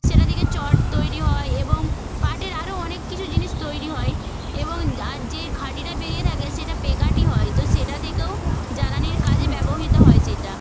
সেটা থেকে চট তৈরি হয় এবং পাটের আরও অনেক কিছু জিনিস তৈরি হয় এবং আর যে কাঠিটা বেরিয়ে থাকে সেটা প্যাঁকাটি হয় তো সেটা থেকেও জ্বালানির কাজে ব্যবহৃত হয় সেইটা